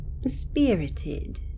spirited